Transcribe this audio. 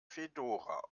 fedora